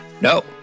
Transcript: No